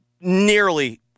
Nearly